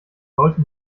sollte